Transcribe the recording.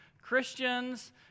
Christians